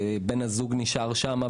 בני זוג שנשארו שם,